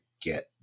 get